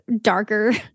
darker